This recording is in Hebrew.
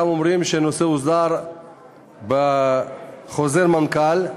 חלק אומרים שהנושא הוסדר בחוזר מנכ"ל,